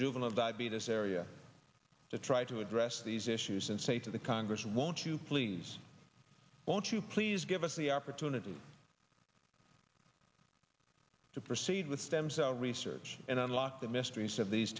juvenile diabetes area to try to address these issues and say to the congress won't you please won't you please give us the opportunity to proceed with stem cell research and unlock the mysteries of these